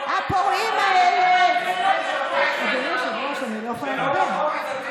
הפורעים האלה, אדוני, אני לא יכולה לדבר.